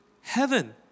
heaven